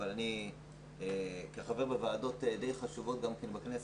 אבל אני כחבר בוועדות די חשובות כאן בכנסת,